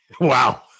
Wow